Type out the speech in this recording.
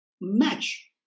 match